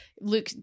Luke